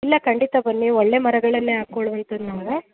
ಇಲ್ಲ ಖಂಡಿತ ಬನ್ನಿ ಒಳ್ಳೇ ಮರಗಳನ್ನೇ ಹಾಕ್ಕೊಳ್ಳೋ ಅಂಥದ್ ನಾವು